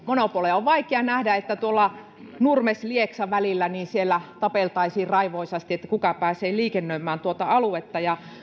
monopoleja on vaikea nähdä että tuolla nurmes lieksa välillä tapeltaisiin raivoisasti että kuka pääsee liikennöimään tuota aluetta ja